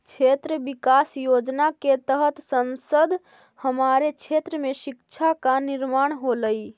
क्षेत्र विकास योजना के तहत संसद हमारे क्षेत्र में शिक्षा का निर्माण होलई